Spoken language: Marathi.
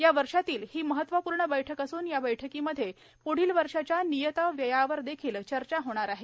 या वर्षातील ही महत्त्वपूर्ण बैठक असून या बैठकीमध्ये पुढील वर्षाच्या नियतव्ययावर देखील चर्चा होणार आहे